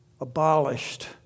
abolished